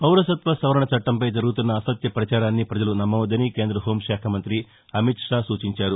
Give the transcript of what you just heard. పౌరసత్వ సవరణ చట్టంపై జరుగుతున్న అసత్య ప్రచారాన్ని ప్రజలు నమ్మవద్దని కేంద హోంశాఖ మంత్రి అమిత్ షా సూచించారు